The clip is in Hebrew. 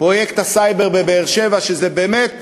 פרויקט הסייבר בבאר-שבע, שהוא באמת